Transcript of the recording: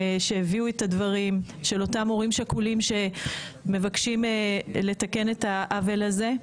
שהביאו את הדברים של אותם הורים שכולים שמבקשים לתקן את העוול הזה.